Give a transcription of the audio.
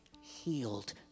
healed